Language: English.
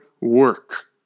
work